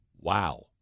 Wow